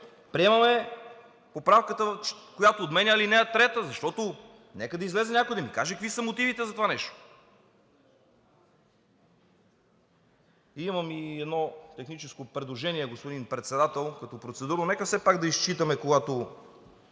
приемаме поправката, която отменя ал. 3, защото нека да излезе някой и да ни каже какви са мотивите за това нещо. Имам и едно техническо предложение, господин Председател, като процедурно. Нека все пак да изчитаме, когато